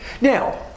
Now